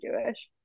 Jewish